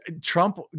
Trump